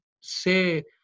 say